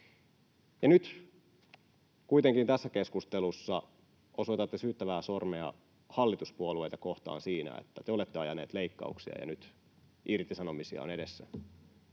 Nyt kuitenkin tässä keskustelussa osoitatte syyttävää sormea hallituspuolueita kohtaan siinä, että te olette ajaneet leikkauksia ja nyt irtisanomisia on edessä.